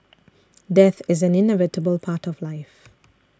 death is an inevitable part of life